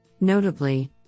Notably